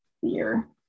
fear